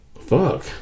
Fuck